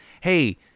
hey